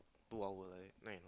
to our friend